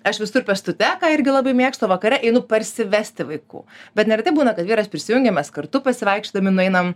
aš visur pėstute ką irgi labai mėgstu o vakare einu parsivesti vaikų bet neretai būna kad vyras prisijungia mes kartu pasivaikščiodami nueinam